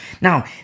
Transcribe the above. Now